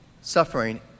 suffering